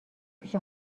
پیش